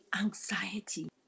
anxiety